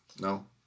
No